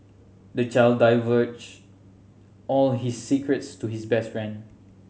the child divulged all his secrets to his best friend